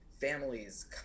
families